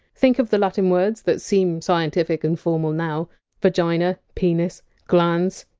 think of the latin words that seem scientific and formal now vagina, penis, glans,